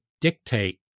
dictate